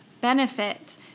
benefit